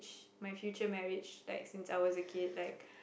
my future marriage like since I was a kid like